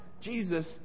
Jesus